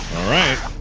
alright